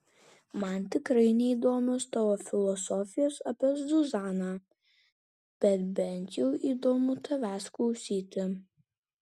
man tikrai neįdomios tavo filosofijos apie zuzaną bet bent jau įdomu tavęs klausyti